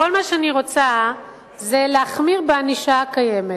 כל מה שאני רוצה זה להחמיר את הענישה הקיימת.